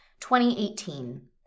2018